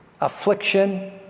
affliction